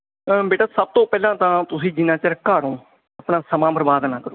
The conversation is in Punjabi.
ਅਂ ਬੇਟਾ ਸਭ ਤੋਂ ਪਹਿਲਾਂ ਤਾਂ ਤੁਸੀਂ ਜਿੰਨਾ ਚਿਰ ਘਰ ਹੋ ਆਪਣਾ ਸਮਾਂ ਬਰਬਾਦ ਨਾ ਕਰੋ